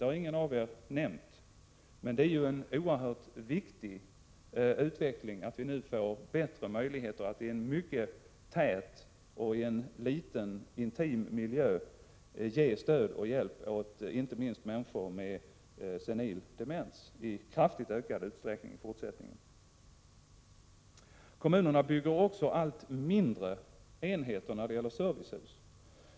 Det har ingen av er nämnt, men det är en oerhört viktig utveckling att vi i fortsättningen får kraftigt utökade möjligheter att i en mycket tät och liten intim miljö ge stöd och hjälp, inte minst åt människor med senil demens. Kommunerna bygger också allt mindre enheter när det gäller servicehus.